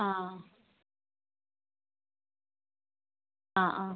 ആ ആ ആ